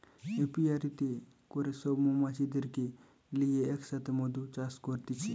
অপিয়ারীতে করে সব মৌমাছিদেরকে লিয়ে এক সাথে মধু চাষ করতিছে